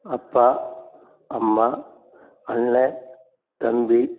அப்பா அம்மா அண்ணன் தம்பி